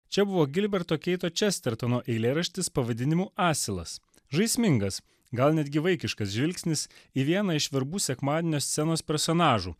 čia buvo gilberto keito čestertono eilėraštis pavadinimu asilas žaismingas gal netgi vaikiškas žvilgsnis į vieną iš verbų sekmadienio scenos personažų